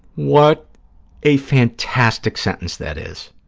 what a fantastic sentence that is,